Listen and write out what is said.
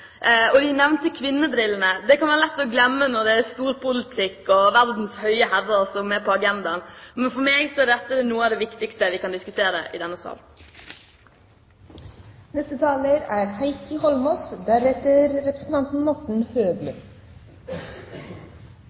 og de nevnte kvinnebrillene, kan være lett å glemme når det er storpolitikk og verdens høye herrer som er på agendaen. Men for meg er dette noe av det viktigste vi kan diskutere i denne